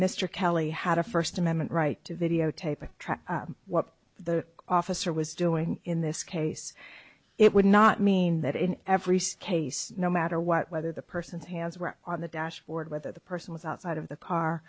mr kelly had a first amendment right to videotape what the officer was doing in this case it would not mean that in every state no matter what whether the person's hands were on the dashboard whether the person was outside of the car